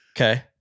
Okay